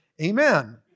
Amen